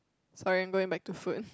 sorry I'm going back to food